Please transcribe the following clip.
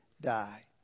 die